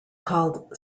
called